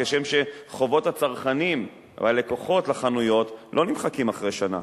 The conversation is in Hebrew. כשם שחובות הצרכנים או הלקוחות לחנויות לא נמחקים אחרי שנה.